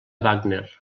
wagner